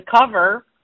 cover